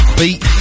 beat